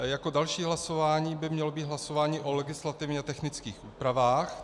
Jako další hlasování by mělo být hlasování o legislativně technických úpravách.